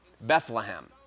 Bethlehem